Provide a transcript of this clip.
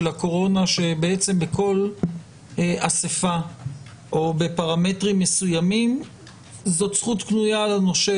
הקורונה שבכל אסיפה או בפרמטרים מסוימים זאת זכות קנויה לנושה